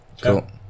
cool